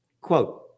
Quote